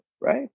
right